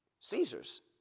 Caesar's